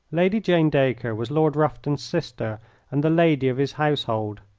lady jane dacre was lord rufton's sister and the lady of his household.